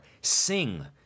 sing